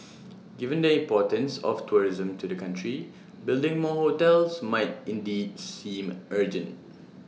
given the importance of tourism to the country building more hotels might indeed seem urgent